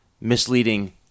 misleading